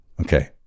Okay